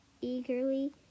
eagerly